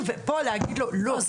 ופה זה להגיד לו: לא,